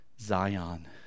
Zion